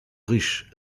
riche